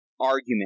argument